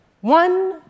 One